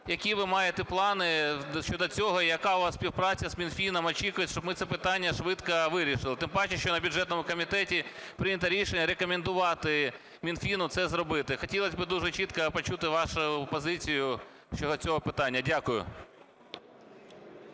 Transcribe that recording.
які ви маєте плани щодо цього, яка у вас співпраця з Мінфіном очікується, щоб ми це питання швидко вирішили? Тим паче, що на бюджетному комітеті прийнято рішення рекомендувати Мінфіну це зробити. Хотілось би дуже чітко почути вашу позицію щодо цього питання. Дякую.